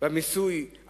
מיסוי.